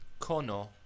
Kono